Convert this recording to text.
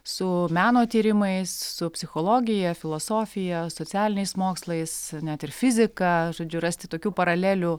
su meno tyrimais su psichologija filosofija socialiniais mokslais net ir fizika žodžiu rasti tokių paralelių